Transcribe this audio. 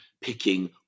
picking